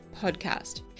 podcast